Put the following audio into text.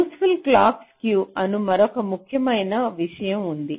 యూస్ఫుల్ఫుల్ clock skew అను మరొక ముఖ్యమైన విషయం ఉంది